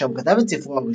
שם כתב את ספרו הראשון,